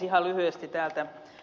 ihan lyhyesti täältä ed